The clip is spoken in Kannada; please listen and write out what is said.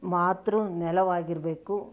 ಮಾತೃ ನೆಲವಾಗಿರಬೇಕು